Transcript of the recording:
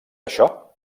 això